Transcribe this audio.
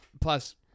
plus